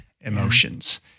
emotions